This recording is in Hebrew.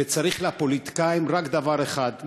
וצריך מהפוליטיקאים רק דבר אחד,